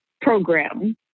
program